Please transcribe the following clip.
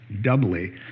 doubly